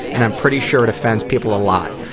and i'm pretty sure it offends people a lot.